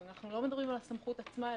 אנחנו לא מדברים על הסמכות עצמה,